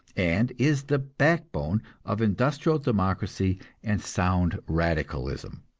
and is the backbone of industrial democracy and sound radicalism.